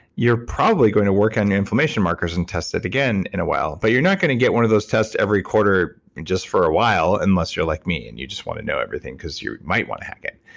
you're probably going to work on the inflammation markers and test it again in a while but you're not going to get one of those tests every quarter just for a while unless you're like me and you just want to know everything because you might want to hack it.